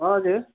हजुर